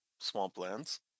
swamplands